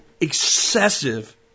excessive